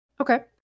Okay